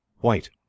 White